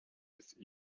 his